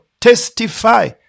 testify